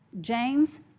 James